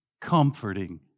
comforting